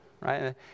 right